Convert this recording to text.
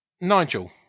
Nigel